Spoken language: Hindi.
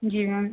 जी मैम